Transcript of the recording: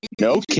No